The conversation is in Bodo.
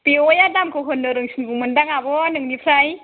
बेवाइया दामखौ होननो रोंसिंगौमोनदां आब' नोंनिफ्राय